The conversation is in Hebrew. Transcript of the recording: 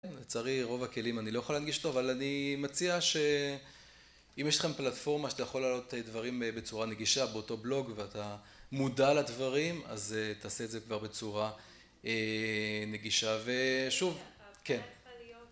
לצערי רוב הכלים אני לא יכול להנגיש טוב, אבל אני מציע שאם יש לכם פלטפורמה שאתה יכול לעלות את הדברים בצורה נגישה באותו בלוג ואתה מודע לדברים, אז תעשה את זה כבר בצורה נגישה ושוב, כן.